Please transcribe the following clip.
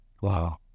Wow